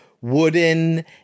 wooden